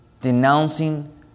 denouncing